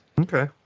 Okay